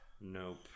Nope